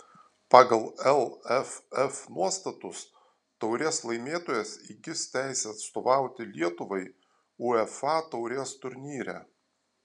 pagal lff nuostatus taurės laimėtojas įgis teisę atstovauti lietuvai uefa taurės turnyre